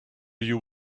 you